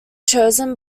chosen